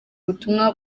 ubutumwa